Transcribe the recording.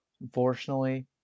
Unfortunately